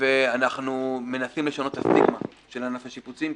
אנחנו מנסים לשנות את הסטיגמה של ענף השיפוצים,